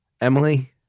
Emily